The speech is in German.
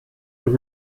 und